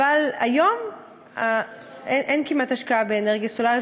אבל כיום כמעט אין השקעה באנרגיה סולרית